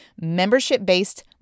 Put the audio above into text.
membership-based